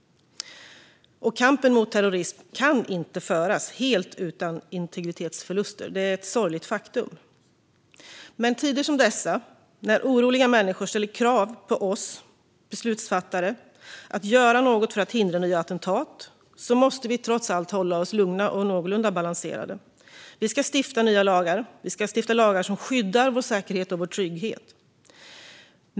Kampen mot terrorism kan inte föras helt utan integritetsförluster. Det är ett sorgligt faktum. Men i tider som dessa, då oroliga människor ställer krav på oss beslutsfattare att göra något för att hindra nya attentat, måste vi trots allt hålla oss lugna och någorlunda balanserade. Vi ska stifta nya lagar. Vi ska stifta lagar som skyddar vår säkerhet och vår trygghet.